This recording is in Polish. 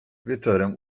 wieczorem